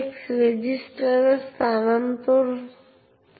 একটি file descriptor পাওয়ার আরেকটি উপায় হল শেয়ার্ড মেমরি বা সকেটের মাধ্যমে